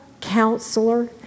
Counselor